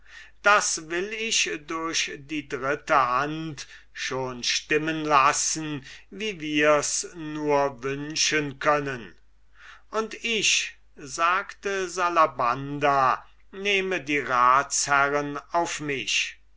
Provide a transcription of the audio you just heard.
das will ich durch die dritte hand schon stimmen lassen wie wirs nur wünschen können und ich sagte salabanda nehme die ratsherren auf mich